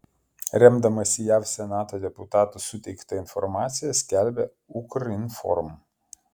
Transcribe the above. remdamasi jav senato deputatų suteikta informacija skelbia ukrinform